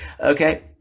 Okay